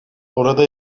orada